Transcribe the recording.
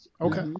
Okay